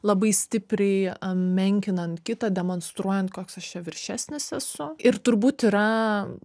labai stipriai menkinant kitą demonstruojant koks aš čia viršesnis esu ir turbūt yra